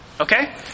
Okay